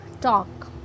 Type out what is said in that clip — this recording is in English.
talk